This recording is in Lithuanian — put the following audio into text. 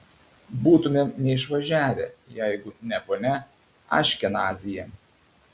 būtumėm neišvažiavę jeigu ne ponia aškenazyje